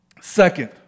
Second